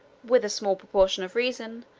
with a small proportion of reason,